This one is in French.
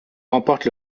remporte